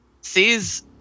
sees